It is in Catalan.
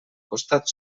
costat